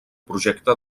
projecte